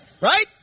Right